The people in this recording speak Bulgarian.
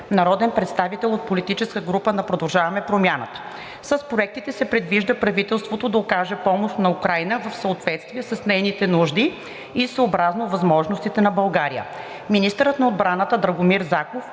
народен представител от парламентарната група на „Продължаваме Промяната“. С проектите се предвижда правителството да окаже помощ на Украйна в съответствие с нейните нужди и съобразно възможностите на България. Министърът на отбраната Драгомир Заков